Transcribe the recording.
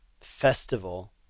festival